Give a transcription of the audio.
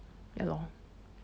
ya lor